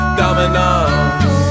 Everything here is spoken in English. dominoes